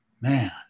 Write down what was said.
man